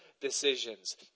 decisions